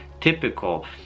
typical